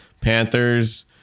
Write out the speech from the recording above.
Panthers